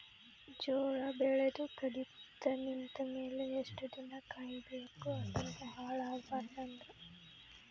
ಜೋಳ ಬೆಳೆದು ಕಡಿತ ನಿಂತ ಮೇಲೆ ಎಷ್ಟು ದಿನ ಕಾಯಿ ಬೇಕು ಅದನ್ನು ಹಾಳು ಆಗಬಾರದು ಅಂದ್ರ?